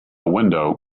window